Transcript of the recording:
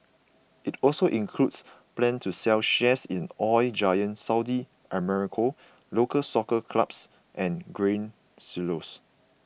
it also includes plans to sell shares in Oil Giant Saudi Aramco Local Soccer Clubs and Grain Silos